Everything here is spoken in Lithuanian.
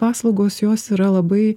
paslaugos jos yra labai